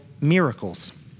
Miracles